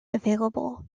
available